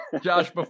Josh